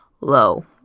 low